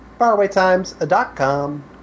FarawayTimes.com